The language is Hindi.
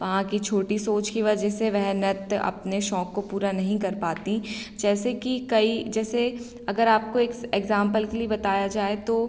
वहाँ की छोटी सोच की वजह से वह नृत्य अपने शौक़ को पूरा नहीं कर पाती जैसे कि कई जैसे अगर आपको एक एग्ज़ामपल के लिए बताया जाए तो